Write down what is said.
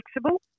flexible